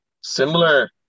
similar